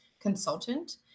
consultant